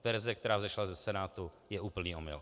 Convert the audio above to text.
Verze, která vzešla ze Senátu, je úplný omyl.